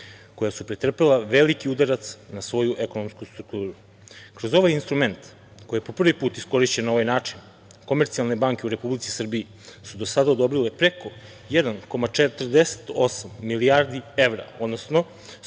koja su pretrpela veliki udarac na svoju ekonomsku strukturu. Kroz ovaj instrument, koji je po prvi put iskorišćen na ovakav način, komercijalne banke u Republici Srbiji su do sada odobrile preko 1,48 milijardi evra, odnosno